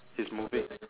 it's moving